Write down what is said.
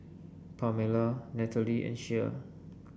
Pamella Nathalie and Shea